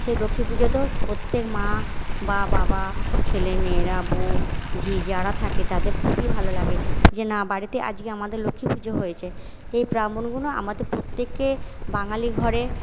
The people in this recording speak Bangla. সে লক্ষ্মী পুজোতেও প্রত্যেক মা বা বাবা ছেলেমেয়েরা বৌ ঝি যারা থাকে তাদের খুবই ভালো লাগে যে না বাড়িতে আজকে আমাদের লক্ষ্মী পুজো হয়েছে এই গুলো আমাদের প্রত্যেকের বাঙালি ঘরে